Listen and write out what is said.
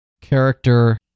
character